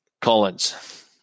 Collins